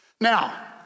Now